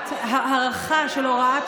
אל תעשה את